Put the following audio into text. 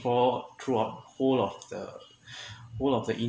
for throughout the whole of the world of the